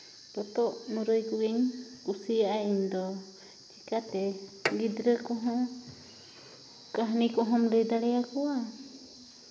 ᱯᱚᱛᱚᱵ ᱢᱩᱨᱟᱹᱭ ᱠᱚᱜᱮᱧ ᱠᱩᱥᱤᱭᱟᱜᱼᱟ ᱤᱧᱫᱚ ᱪᱤᱠᱟᱹᱛᱮ ᱜᱤᱫᱽᱨᱟᱹ ᱠᱚᱦᱚᱸ ᱠᱟᱹᱦᱱᱤ ᱠᱚᱦᱚᱢ ᱞᱟᱹᱭ ᱫᱟᱲᱮ ᱠᱚᱣᱟ